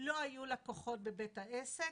לא היו לקוחות בבית העסק,